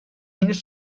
henüz